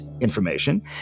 information